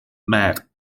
mad